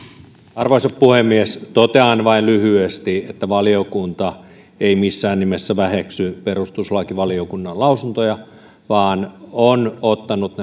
arvoisa puhemies totean vain lyhyesti että valiokunta ei missään nimessä väheksy perustuslakivaliokunnan lausuntoja vaan on ottanut